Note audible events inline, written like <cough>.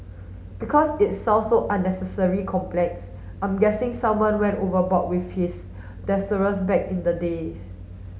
because it sounds so unnecessarily complex I'm guessing someone went overboard with his <unintelligible> back in the day